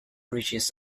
reaches